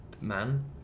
man